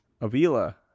Avila